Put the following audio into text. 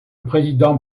président